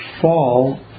fall